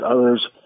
others